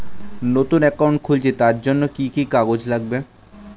নতুন অ্যাকাউন্ট খুলছি তার জন্য কি কি কাগজ লাগবে?